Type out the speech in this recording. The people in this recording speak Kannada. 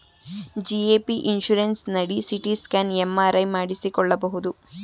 ಜಿ.ಎ.ಪಿ ಇನ್ಸುರೆನ್ಸ್ ನಡಿ ಸಿ.ಟಿ ಸ್ಕ್ಯಾನ್, ಎಂ.ಆರ್.ಐ ಮಾಡಿಸಿಕೊಳ್ಳಬಹುದು